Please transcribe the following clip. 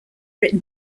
written